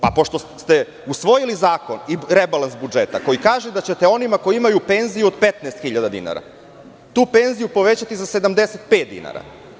Pošto ste usvojili zakon i rebalans budžeta koji kaže da ćete onima koji imaju penziju od 15.000 dinara tu penziju povećati za 75 dinara.